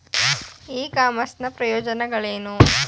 E commerce ನ ಪ್ರಯೋಜನಗಳೇನು?